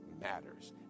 matters